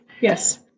yes